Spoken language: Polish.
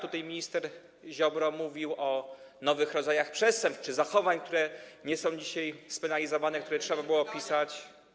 Tutaj minister Ziobro mówił o nowych rodzajach przestępstw czy zachowań, które nie są dzisiaj spenalizowane, które trzeba było opisać.